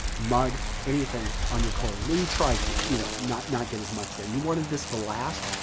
mud, anything on your clothing. well, you try to you know not not get as much there. you wanted this to last.